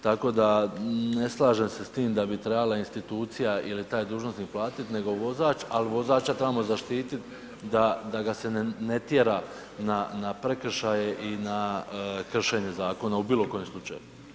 Tako da ne slažem se s tim da bi trebala institucija ili taj dužnosnik platiti, nego vozač, al vozača trebamo zaštititi da ga se ne tjera na prekršaje i na kršenje zakona u bilo koje slučaju.